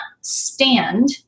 stand